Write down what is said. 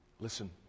listen